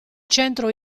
centro